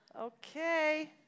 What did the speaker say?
Okay